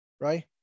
right